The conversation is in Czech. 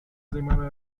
zajímavé